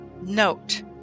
note